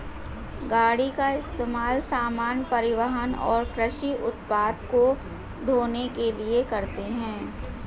गाड़ी का इस्तेमाल सामान, परिवहन व कृषि उत्पाद को ढ़ोने के लिए करते है